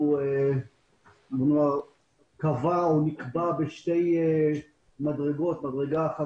הבג"ץ הזה קבע שתי מדרגות: מדרגה אחת